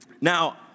Now